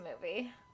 movie